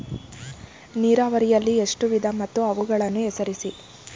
ನೀರಾವರಿಯಲ್ಲಿ ಎಷ್ಟು ವಿಧ ಮತ್ತು ಅವುಗಳನ್ನು ಹೆಸರಿಸಿ?